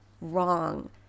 Wrong